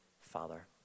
Father